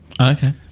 Okay